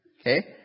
okay